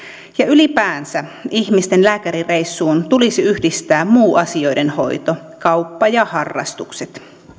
ylipäänsä ihmisten lääkärireissuun tulisi yhdistää muu asioiden hoito kauppa ja harrastukset